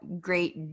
great